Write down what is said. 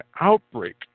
outbreak